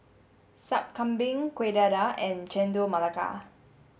Sup Kambing Kueh Dadar and Chendol Melaka